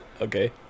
Okay